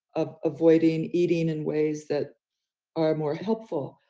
ah avoiding eating in ways that are more helpful.